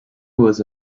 was